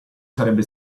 sarebbe